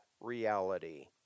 reality